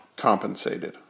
Compensated